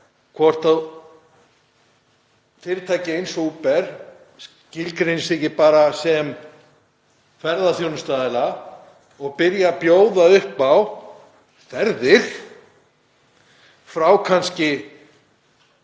hvort fyrirtæki eins og Uber skilgreini sig ekki bara sem ferðaþjónustuaðila og byrji að bjóða upp á ferðir frá miðbæ